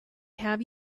have